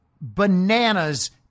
bananas